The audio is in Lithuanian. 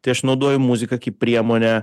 tai aš naudoju muziką kaip priemonę